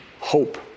hope